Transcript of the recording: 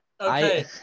Okay